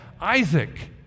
Isaac